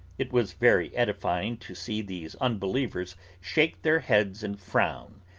it was very edifying to see these unbelievers shake their heads and frown,